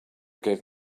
gave